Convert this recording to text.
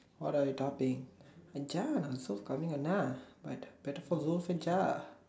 what are you talking uh Janah so is he coming or not but better for Zul's said Jah